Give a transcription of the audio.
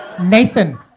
Nathan